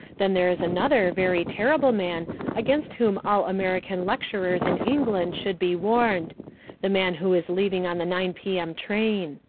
then there is another very terrible man against whom all american lecturers in england should be warned the man who is leaving on the nine p m. train.